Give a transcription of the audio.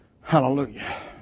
Hallelujah